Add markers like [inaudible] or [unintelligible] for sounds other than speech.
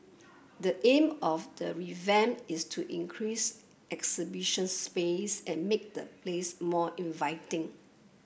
the aim of the revamp is to increase [unintelligible] space and make the place more inviting